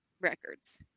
Records